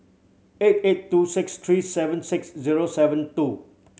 eight eight two six three seven six zero seven two